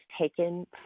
taken